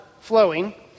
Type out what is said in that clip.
flowing